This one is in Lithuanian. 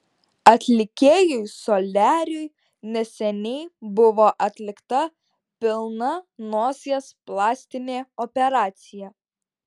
atlikėjui soliariui neseniai buvo atlikta pilna nosies plastinė operacija